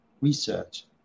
research